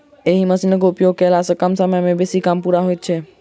एहि मशीनक उपयोग कयला सॅ कम समय मे बेसी काम पूरा होइत छै